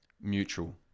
Mutual